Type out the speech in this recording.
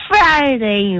Friday